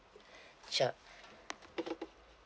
sure